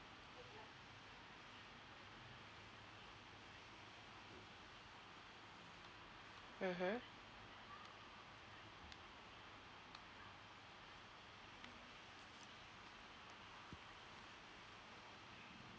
mmhmm